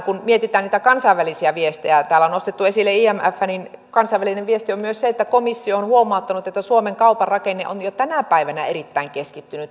kun mietitään niitä kansainvälisiä viestejä täällä on nostettu esille imf niin kansainvälinen viesti on myös se että komissio on huomauttanut että suomen kaupan rakenne on jo tänä päivänä erittäin keskittynyttä